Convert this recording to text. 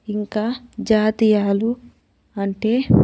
ఇంకా జాతీయాలు అంటే